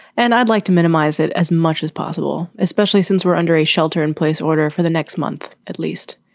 and i'd like to minimize it as much as possible, especially since we're under a shelter in place order for the next month at least.